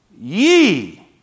ye